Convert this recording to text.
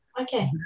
Okay